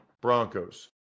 Broncos